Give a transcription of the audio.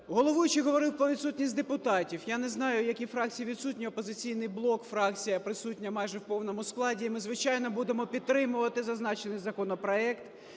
головуючий говорив про відсутність депутатів. Я не знаю, які фракції відсутні, "Опозиційний блок" фракція присутня майже в повному складі, і ми, звичайно, будемо підтримувати зазначений законопроект,